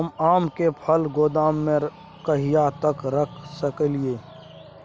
हम आम के फल गोदाम में कहिया तक रख सकलियै?